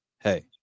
Hey